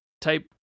type